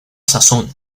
sazón